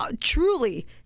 truly